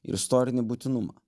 ir istorinį būtinumą